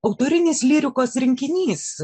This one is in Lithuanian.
autorinis lyrikos rinkinys